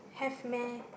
have meh